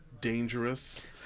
dangerous